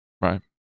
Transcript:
right